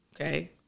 Okay